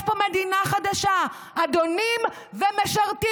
יש פה מדינה חדשה: אדונים ומשרתים.